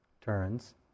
turns